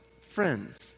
friends